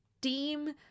deem